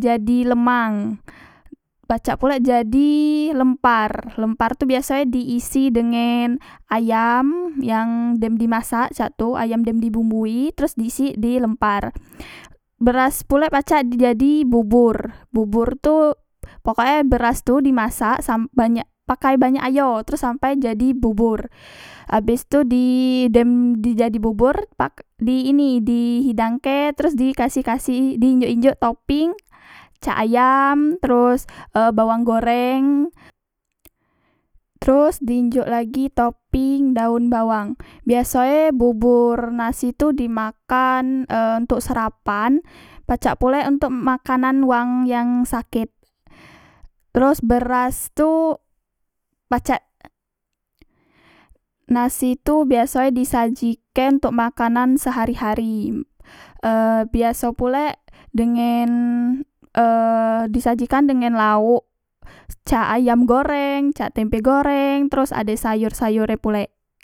jadi e lemang pacak pule jadi e lempar lempar itu biasoe diisi dengen ayam yang dem di masak cak tu ayam dem di bumbui teros dik isi di lempar beras pulek pacak di jadi bubur bubur tu pokok e beras tu dimasak samp banyak pakai banyak ayo teros sampai jadi bubur abis tu dem di jadi bobor di ini di hidangke terus dikasi kasi njuk toping cak ayam teros e bawang goreng teros di njok lagi toping daun bawang biasoe bobor nasi tu dimakan e ntok sarapan pacak pulek ontok makanan wang yang lagi saket teros beras tu pacak nasi tu biaso e disajike ontok menu makanan sehari hari e biaso pulek dengen e disajikan dengen laok cak ayam goreng cak tempe goreng teros ade sayor sayor e pulek